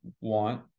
want